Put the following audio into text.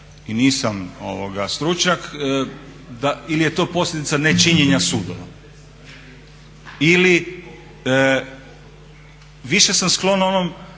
i nisam stručnjak ili je to posljedica nečinjenja sudova. Ili više sam sklon onima